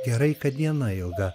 gerai kad diena ilga